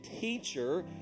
teacher